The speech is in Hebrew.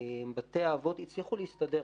בתי האבות הצליחו להסתדר.